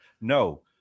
No